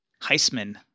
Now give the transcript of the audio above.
Heisman